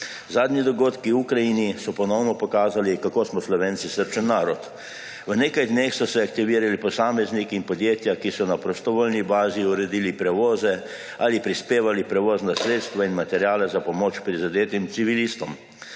Zadnji dogodki v Ukrajini so ponovno pokazali, kako smo Slovenci srčen narod. V nekaj dneh so se aktivirali posamezniki in podjetja, ki so na prostovoljni bazi uredili prevoze ali prispevali prevozna sredstva in materiale za pomoč prizadetim civilistom.